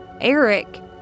Eric